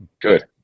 Good